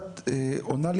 את עונה לי,